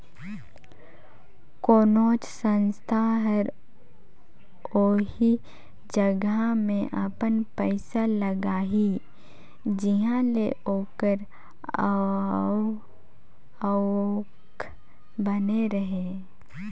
कोनोच संस्था हर ओही जगहा में अपन पइसा लगाही जिंहा ले ओकर आवक बने रहें